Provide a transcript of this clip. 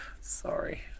Sorry